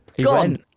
Gone